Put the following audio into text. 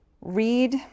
read